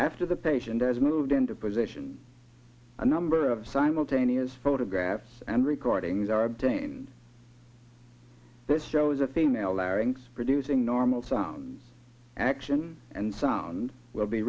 after the patient has moved into position a number of simultaneous photographs and recordings are obtained this shows a female larynx producing normal sound action and sound will be